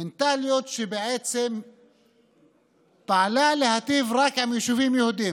המנטליות שפעלה להיטיב רק עם יישובים יהודים,